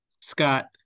Scott